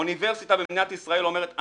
אוניברסיטה במדינת ישראל אומרת: